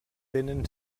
tenen